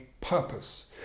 purpose